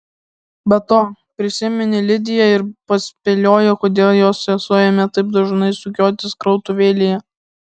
be to prisiminė lidiją ir paspėliojo kodėl jos sesuo ėmė taip dažnai sukiotis krautuvėlėje